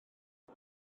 mae